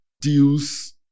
deals